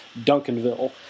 Duncanville